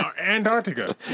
Antarctica